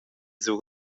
sur